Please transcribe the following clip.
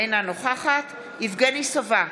אינה נוכחת יבגני סובה,